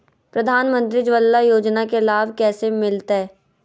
प्रधानमंत्री उज्वला योजना के लाभ कैसे मैलतैय?